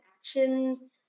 action